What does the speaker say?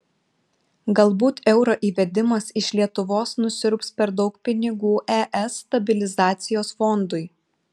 galbūt euro įvedimas iš lietuvos nusiurbs per daug pinigų es stabilizacijos fondui